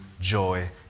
joy